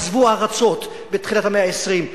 עזבו ארצות בתחילת המאה ה-20,